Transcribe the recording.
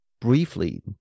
briefly